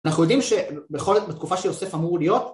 אנחנו יודעים שבתקופה שיוסף אמור להיות